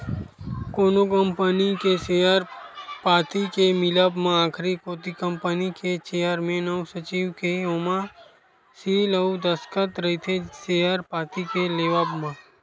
कोनो कंपनी के सेयर पाती के मिलब म आखरी कोती कंपनी के चेयरमेन अउ सचिव के ओमा सील अउ दस्कत रहिथे सेयर पाती के लेवब म